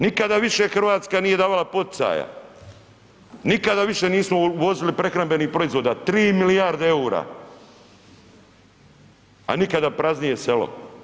Nikada više Hrvatska nije davala poticaja, nikada više nismo uvozili prehrambenih proizvoda 3 milijarde EUR-a, a nikad praznije selo.